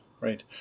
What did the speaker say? right